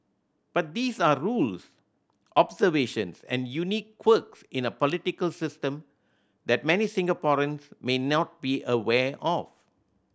but these are rules observations and unique quirks in a political system that many Singaporeans may not be aware of